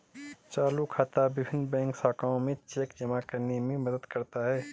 चालू खाता विभिन्न बैंक शाखाओं में चेक जमा करने में मदद करता है